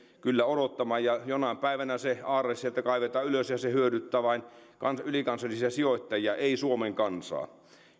kyllä odottamaan ja jonain päivänä se aarre sieltä kaivetaan ylös ja se hyödyttää vain ylikansallisia sijoittajia ei suomen kansaa